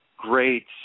Great